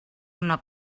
una